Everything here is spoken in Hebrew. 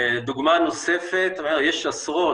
דוגמה נוספת ויש עשרות,